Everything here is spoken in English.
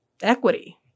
equity